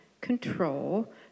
control